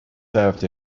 served